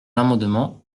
l’amendement